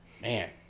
Man